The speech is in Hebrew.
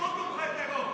תומכי טרור.